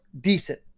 decent